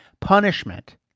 punishment